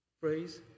phrase